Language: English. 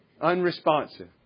Unresponsive